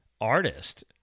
artist